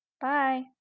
Bye